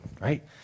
Right